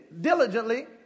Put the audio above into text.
diligently